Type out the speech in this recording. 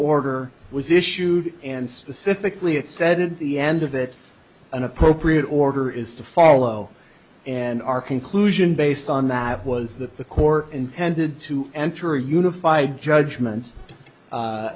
order was issued and specifically it said at the end of it an appropriate order is to follow and our conclusion based on that was that the corps intended to ensure unified judgement